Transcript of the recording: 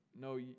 No